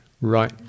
right